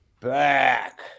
back